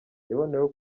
yaboneyeho